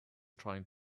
trying